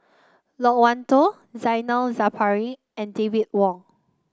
Loke Wan Tho Zainal Sapari and David Wong